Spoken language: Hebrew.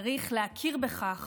צריך להכיר בכך